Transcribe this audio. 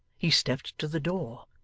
he stepped to the door,